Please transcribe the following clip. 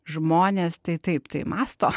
žmonės tai taip tai mąsto